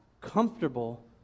comfortable